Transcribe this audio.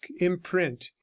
imprint